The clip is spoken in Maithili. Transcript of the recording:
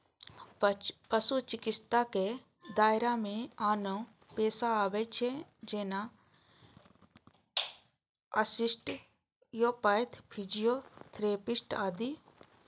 पशु चिकित्साक दायरा मे आनो पेशा आबै छै, जेना आस्टियोपैथ, फिजियोथेरेपिस्ट आदि